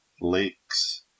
lakes